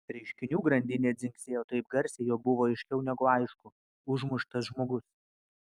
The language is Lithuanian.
reiškinių grandinė dzingsėjo taip garsiai jog buvo aiškiau negu aišku užmuštas žmogus